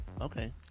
Okay